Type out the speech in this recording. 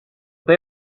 they